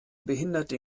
behinderte